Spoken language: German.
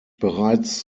bereits